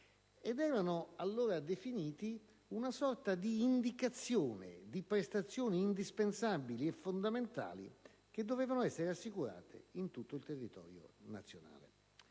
Erano allora definiti una sorta di indicazione di prestazioni indispensabili e fondamentali, che dovevano essere assicurate in tutto il territorio nazionale,